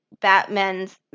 Batman's